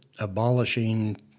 abolishing